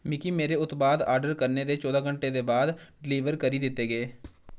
मिगी मेरे उत्पाद ऑर्डर करने दे चौदां घैंटे दे बा'द डलीवर करी दित्ते गे